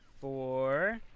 four